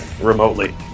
remotely